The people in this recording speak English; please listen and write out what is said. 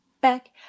back